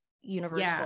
universal